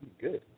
Good